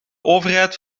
overheid